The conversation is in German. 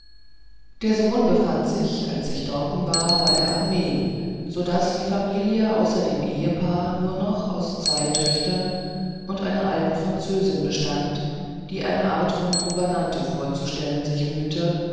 der sohn befand sich als ich dorten war bei der armee so daß die familie außer dem ehepaar nur noch aus zwei töchtern und einer alten französin bestand die eine art von gouvernante vorzustellen sich mühte